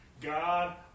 God